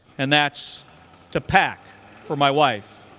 and that's to pack for my wife